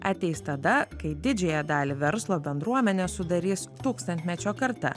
ateis tada kai didžiąją dalį verslo bendruomenės sudarys tūkstantmečio karta